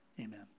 amen